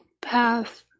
path